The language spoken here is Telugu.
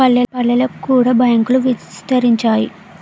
పల్లెలకు కూడా బ్యాంకులు విస్తరించాయి